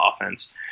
offense